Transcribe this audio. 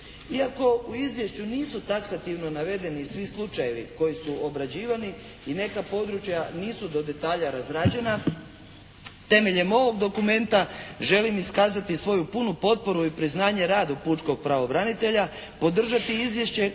Iako u izvješću nisu taksativno navedeni svi slučajevi koji su obrađivani i neka područja nisu do detalja razrađena temeljem ovog dokumenta želim iskazati svoju punu potporu i priznanje radu pučkog pravobranitelja, podržati izvješće